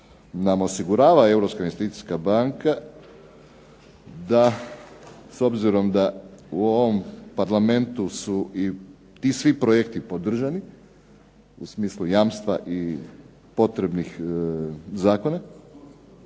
investicijska banka da s obzirom da u ovom Parlamentu su ti svi projekti podržani u smislu jamstva i potrebnih zakona.